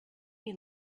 you